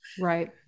Right